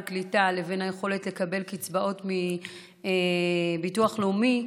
הקליטה לבין היכולת לקבל קצבאות מביטוח לאומי,